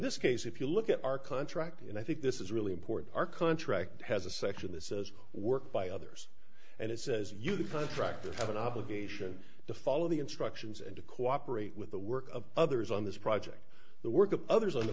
this case if you look at our contract and i think this is really important our contract has a section this is work by others and it says you put right there have an obligation to follow the instructions and to cooperate with the work of others on this project the work of others on the